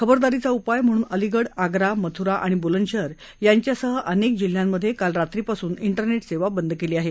खबरदारीचा उपाय म्हणून अलिगड आग्रा मथ्रा आणि ब्लंदशहर यांच्यासह अनेक जिल्ह्यांमधे काल रात्रीपासून इंग्रने सेवा बंद केली आहे